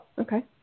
Okay